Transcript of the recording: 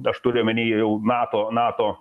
aš turiu omeny jau nato nato